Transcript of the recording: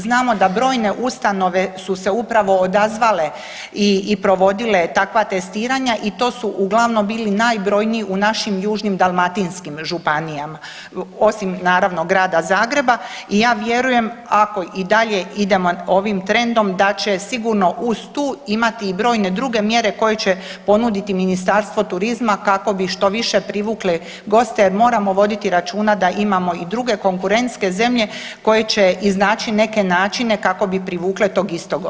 Znamo da brojne ustanove su se upravo odazvale i provodile takva testiranja i to su uglavnom bili najbrojniji u našim južnim dalmatinskim županijama osim naravno grada Zagreba i ja vjerujem ako i dalje idemo ovim trendom da će sigurno uz tu imati i brojne druge mjere koje će ponuditi Ministarstvo turizma kako bi što više privukli goste, jer moramo voditi računa da imamo i druge konkurentske zemlje koje će iznaći neke načine kako bi privukle tog istog gosta.